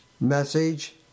message